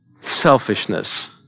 selfishness